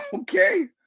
Okay